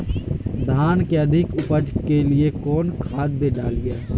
धान के अधिक उपज के लिए कौन खाद डालिय?